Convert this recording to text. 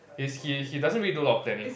he's he he doesn't really do a lot of planning